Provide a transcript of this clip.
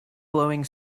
blowing